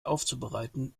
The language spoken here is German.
aufzubereiten